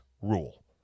rule